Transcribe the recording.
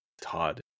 Todd